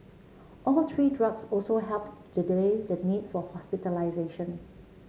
all three drugs also helped to delay the need for hospitalisation